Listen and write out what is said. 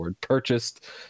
purchased